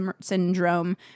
syndrome